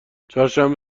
چهارشنبه